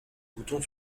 bouton